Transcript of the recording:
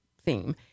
theme